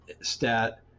STAT